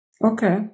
Okay